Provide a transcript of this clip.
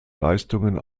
leistungen